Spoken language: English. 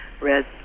red